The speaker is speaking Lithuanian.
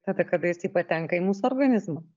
tada kada jisai patenka į mūsų organizmą